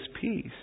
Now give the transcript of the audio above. peace